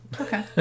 Okay